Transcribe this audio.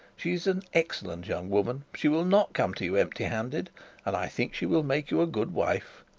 she is an excellent young woman she will not come to you empty-handed and i think she will make you a good wife.